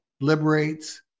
liberates